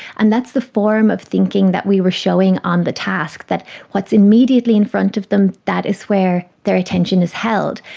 and that's the form of thinking that we were showing on the task, that what's immediately in front of them, that is where their attention is held.